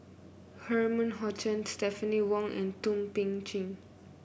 Herman Hochstadt Stephanie Wong and Thum Ping Tjin